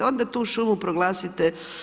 Onda tu šumu proglasite.